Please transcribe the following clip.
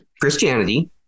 Christianity